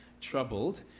troubled